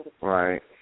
Right